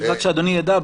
רק שאדוני ידע,